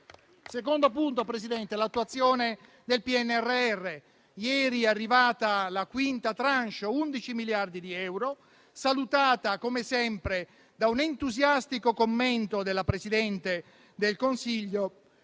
secondo punto, signor Presidente, riguarda l'attuazione del PNRR. Ieri è arrivata la quinta *tranche*, di undici miliardi di euro, salutata, come sempre, da un entusiastico commento della Presidente del Consiglio.